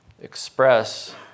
express